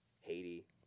Haiti